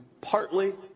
partly